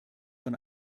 von